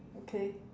okay